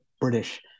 British